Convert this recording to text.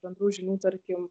bendrų žinių tarkim